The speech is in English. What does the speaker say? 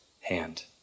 hand